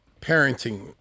parenting